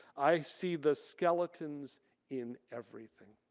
i see the skeletons in everything.